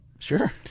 Sure